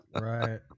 Right